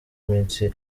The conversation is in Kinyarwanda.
imisi